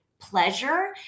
pleasure